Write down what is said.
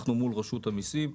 אנחנו מול רשות המיסים.